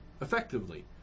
effectively